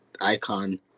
icon